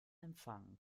empfang